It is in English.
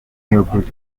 herbert